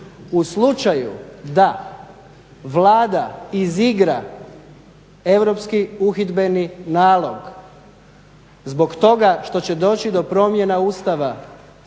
U slučaju da Vlada izigra europski uhidbeni nalog zbog toga što će doći do promjena Ustava